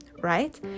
right